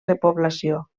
repoblació